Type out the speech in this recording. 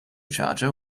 charger